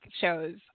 shows